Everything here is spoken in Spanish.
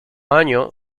año